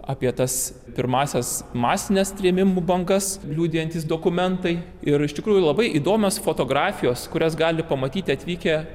apie tas pirmąsias masines trėmimų bangas liudijantys dokumentai ir iš tikrųjų labai įdomios fotografijos kurias gali pamatyti atvykę